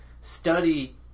study